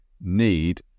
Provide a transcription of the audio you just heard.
need